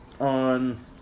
On